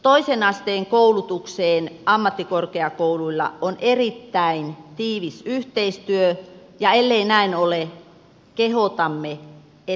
toisen asteen koulutukseen ammattikorkeakouluilla on erittäin tiivis yhteistyö ja ellei näin ole kehotamme että näin olisi